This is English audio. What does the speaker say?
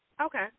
okay